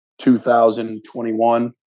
2021